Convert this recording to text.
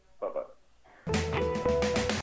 Bye-bye